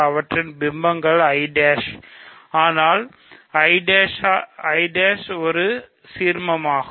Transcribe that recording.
இது I ல் சீர்மமாகும்